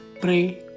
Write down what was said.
pray